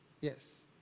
Yes